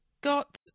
got